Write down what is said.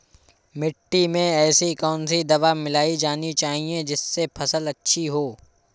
मिट्टी में ऐसी कौन सी दवा मिलाई जानी चाहिए जिससे फसल अच्छी हो?